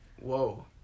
whoa